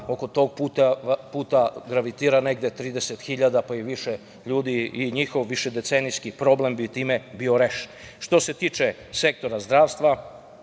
da oko tog puta gravitira negde 30.000, pa i više ljudi, i njihov višedecenijski problem bi time bio rešen. Što se tiče sektora zdravstva,